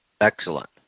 Excellent